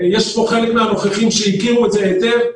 יש פה חלק מהנוכחים שהכירו את זה היטב,